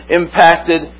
impacted